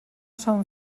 són